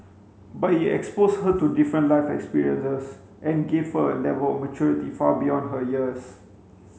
but it exposed her to different life experiences and gave her a level of maturity far beyond her years